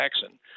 Jackson